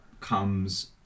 comes